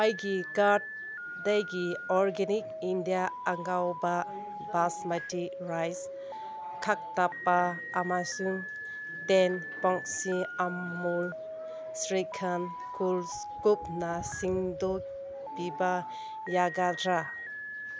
ꯑꯩꯒꯤ ꯀꯥꯔꯠꯇꯒꯤ organic India ꯑꯉꯧꯕ ꯕꯥꯁꯃꯇꯤ ꯔꯥꯏꯁ ꯀꯛꯊꯠꯄ ꯑꯃꯁꯨꯡ ꯇꯦꯟ ꯄꯥꯎꯁꯤꯡ ꯑꯃꯨꯜ ꯁ꯭ꯔꯤꯈꯟ ꯀꯨꯜ ꯏꯁꯀꯨꯞꯅ ꯁꯤꯟꯗꯣꯛꯄꯤꯕ ꯌꯥꯒꯗ꯭ꯔꯥ